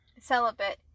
celibate